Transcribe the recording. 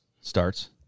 starts